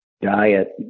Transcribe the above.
diet